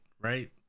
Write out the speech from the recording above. right